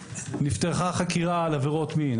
נפתחה חקירה על עבירות מין,